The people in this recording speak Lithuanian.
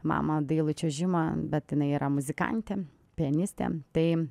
mama dailų čiuožimą bet jinai yra muzikantė pianistė tai